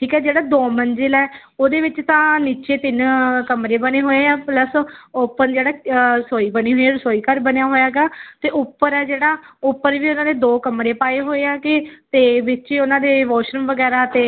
ਠੀਕ ਹੈ ਜਿਹੜਾ ਦੋ ਮੰਜ਼ਿਲ ਹੈ ਉਹਦੇ ਵਿੱਚ ਤਾਂ ਨੀਚੇ ਤਿੰਨ ਕਮਰੇ ਬਣੇ ਹੋਏ ਆ ਪਲਸ ਓਪਨ ਜਿਹੜਾ ਰਸੋਈ ਬਣੀ ਹੋਈ ਰਸੋਈ ਘਰ ਬਣਿਆ ਹੋਇਆ ਹੈਗਾ ਅਤੇ ਉੱਪਰ ਹੈ ਜਿਹੜਾ ਉੱਪਰ ਜੀ ਉਹਨਾਂ ਨੇ ਦੋ ਕਮਰੇ ਪਾਏ ਹੋਏ ਆ ਤੇ ਅਤੇ ਵਿੱਚੇ ਉਹਨਾਂ ਦੇ ਵਾਸ਼ਰੂਮ ਵਗੈਰਾ ਅਤੇ